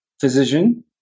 physician